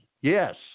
Yes